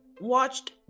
watched